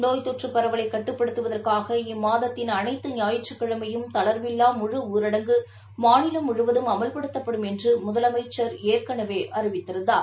நோய்த் தொற்றுப் பரவலை கட்டுப்படுத்துவதற்காக இம்மாதத்தின் அனைத்து ஞாயிற்றுக்கிழமையும் தளர்வில்லா முழுஊரடங்கு மாநிலம் முழுவதும் அமல்படுத்தப்படும் என்று முதலமைச்சர் ஏற்கனவே அறிவித்திருந்தார்